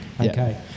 Okay